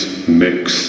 mix